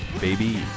baby